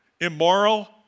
immoral